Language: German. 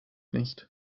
nicht